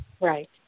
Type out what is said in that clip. Right